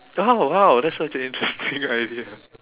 oh !wow! that's such a interesting idea